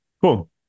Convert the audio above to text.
Cool